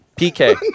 PK